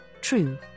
true